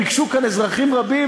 ריגשו כאן אזרחים רבים,